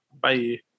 Bye